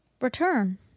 return